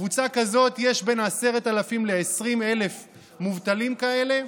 בקבוצה הזאת יש בין 10,000 ל-20,000 מובטלים כאלה,